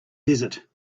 desert